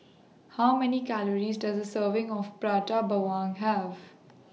How Many Calories Does A Serving of Prata Bawang Have